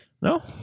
No